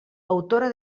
autora